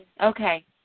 okay